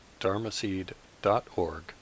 dharmaseed.org